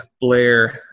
Blair